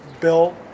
built